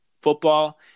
football